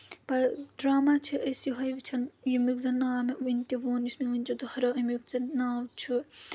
drama چھِ أسۍ یِہوے وٕچھان یمیُک زَن ناو مےٚ وُنۍ تہِ ووٚن یُس مےٚ وُنۍ تہِ دۄہرو اَمیُک زَن ناو چھُ